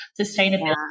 sustainability